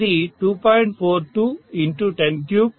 ఇది 2